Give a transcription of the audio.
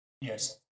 Yes